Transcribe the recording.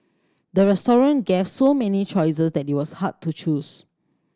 the restaurant gave so many choices that it was hard to choose